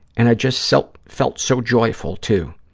and i just felt felt so joyful, too.